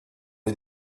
les